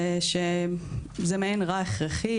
זה מעין רע הכרחי,